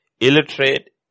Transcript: illiterate